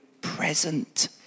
present